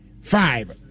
five